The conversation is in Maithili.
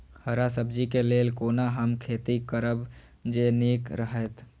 हरा सब्जी के लेल कोना हम खेती करब जे नीक रहैत?